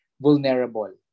vulnerable